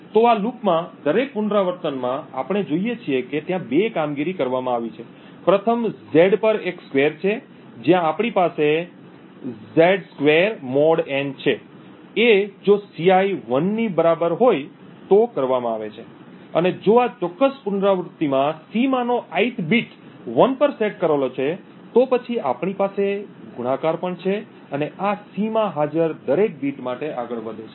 તો આ લૂપના દરેક પુનરાવર્તનમાં આપણે જોઈએ છીએ કે ત્યાં બે કામગીરી કરવામાં આવી છે પ્રથમ Z પર એક સ્ક્વેર છે જ્યાં આપણી પાસે Z 2 mod n છે એ જો Ci એ 1 ની બરાબર હોય તો કરવામાં આવે છે અને જો આ ચોક્કસ પુનરાવૃત્તિમાં C માંનો ith બીટ 1 પર સેટ કરેલો છે તો પછી આપણી પાસે ગુણાકાર પણ છે અને આ C માં હાજર દરેક બીટ માટે આગળ વધે છે